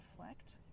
reflect